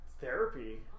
therapy